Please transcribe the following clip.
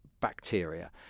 bacteria